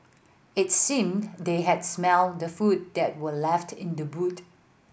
it seemed they had smelt the food that were left in the boot